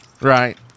Right